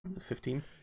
Fifteen